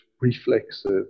reflexive